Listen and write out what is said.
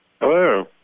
Hello